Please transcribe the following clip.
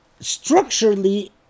Structurally